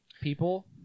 people